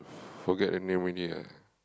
forget the name already lah